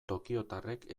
tokiotarrek